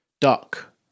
Duck